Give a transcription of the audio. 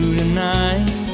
tonight